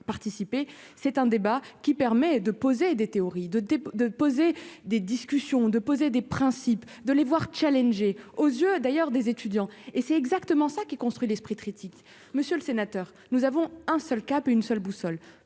c'est un débat qui permet de poser des théories de dépôt de poser des discussions de poser des principes, de les voir Challenge et aux yeux d'ailleurs des étudiants, et c'est exactement ça qui construit l'esprit critique, monsieur le sénateur, nous avons un seul cap et une seule boussole,